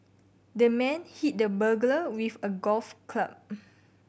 the man hit the burglar with a golf club